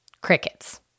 Crickets